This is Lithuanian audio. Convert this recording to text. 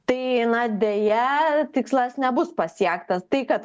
tai deja tikslas nebus pasiektas tai kad